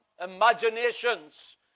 imaginations